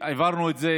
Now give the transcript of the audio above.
העברנו את זה